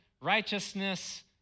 righteousness